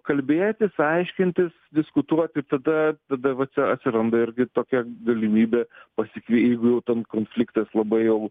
kalbėtis aiškintis diskutuot ir tada tada va atsi atsiranda irgi tokia galimybė pasikly jeigu jau ten konfliktas labai jau